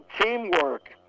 teamwork